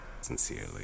sincerely